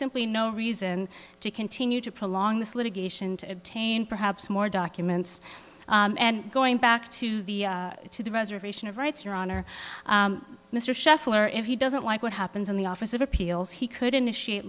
simply no reason to continue to prolong this litigation to obtain perhaps more documents and going back to the to the preservation of rights your honor mr scheffler if he doesn't like what happens in the office of appeals he could initiate